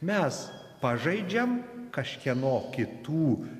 mes pažaidžiam kažkieno kitų